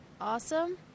Awesome